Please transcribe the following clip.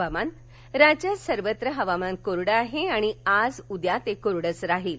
हवामान् राज्यात सर्वत्र हवामान कोरडं आहे आणि आज उद्या ते कोरडंच राहील